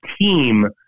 team